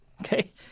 Okay